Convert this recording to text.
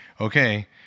okay